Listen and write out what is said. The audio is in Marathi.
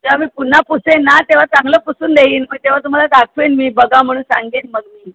जेव्हा मी पुन्हा पुसेन ना तेव्हा चांगलं पुसून देईन मग तेव्हा तुम्हाला दाखवेन मी बघा म्हणून सांगेन मग